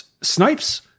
Snipes